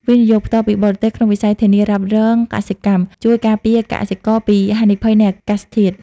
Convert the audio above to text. វិនិយោគផ្ទាល់ពីបរទេស ក្នុងវិស័យធានារ៉ាប់រងកសិកម្ម ជួយការពារកសិករពីហានិភ័យនៃអាកាសធាតុ។